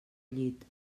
llit